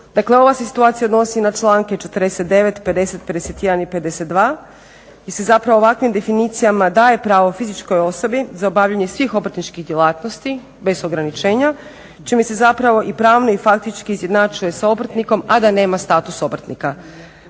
Dakle, ova se situacija odnosi na članke 49., 50., 51. i 52. jer se zapravo ovakvim definicijama daje pravo fizičkoj osobi za obavljanje svih obrtničkih djelatnosti bez ograničenja čime se zapravo i pravno i faktički izjednačuje s obrtnikom, a da nema status obrtnika.